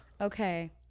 Okay